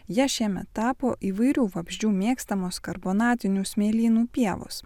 ja šiemet tapo įvairių vabzdžių mėgstamos karbonatinių smėlynų pievos